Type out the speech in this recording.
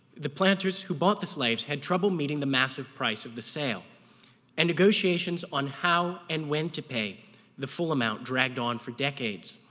the planters who bought the slaves had trouble meeting the massive price of the sale and negotiations on how and when to pay the full amount dragged on for decades.